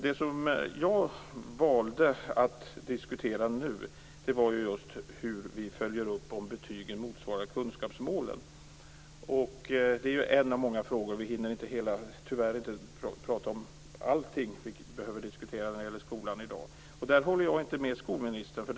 Det som jag valde att diskutera nu var just hur vi följer upp huruvida betygen motsvarar kunskapsmålen. Det är en av många frågor; vi hinner tyvärr inte i dag prata om allting som vi behöver diskutera när det gäller skolan. Jag håller inte med skolministern där.